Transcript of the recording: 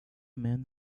man